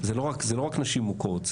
זה לא רק נשים מוכות,